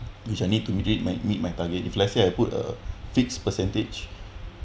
which I need to meet it my meet my target if let's say I put a fixed percentage